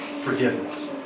forgiveness